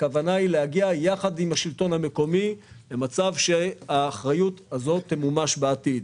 הכוונה היא להגיע יחד עם השלטון המקומי למצב שהאחריות הזאת תמומש בעתיד.